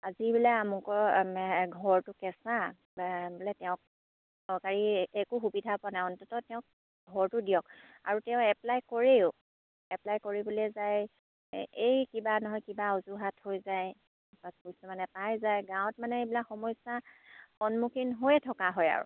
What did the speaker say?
আজি বোলে আমুকৰ ঘৰটো কেঁচা বোলে তেওঁক চৰকাৰী একো সুবিধা পোৱা নাই অন্ততঃ তেওঁক ঘৰটো দিয়ক আৰু তেওঁ এপ্লাই কৰেও এপ্লাই কৰিবলৈ যায় এই কিবা নহয় কিবা অজুহাত হৈ যায় বা কিছুমানে পাই যায় গাঁৱত মানে এইবিলাক সমস্যা সন্মুখীন হৈ থকা হৈয়ে আৰু